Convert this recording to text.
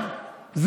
זה משהו שאפשרי.